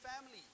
family